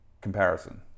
comparison